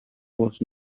was